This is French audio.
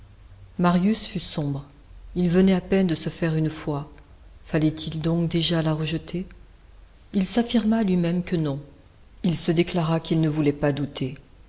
marius fut sombre il venait à peine de se faire une foi fallait-il donc déjà la rejeter il s'affirma à lui-même que non il se déclara qu'il ne voulait pas douter